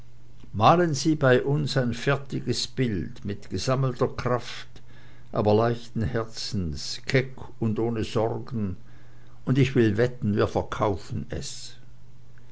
malen sie bei uns ein fertiges bild mit gesammelter kraft aber leichten herzens keck und ohne sorgen und ich will wetten wir verkaufen es